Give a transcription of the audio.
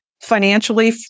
financially